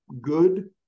good